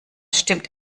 stimmt